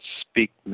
speak